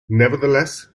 nevertheless